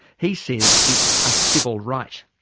he says it's a civil right.